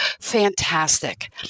fantastic